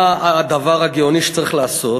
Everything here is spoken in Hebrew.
מה הדבר הגאוני שצריך לעשות?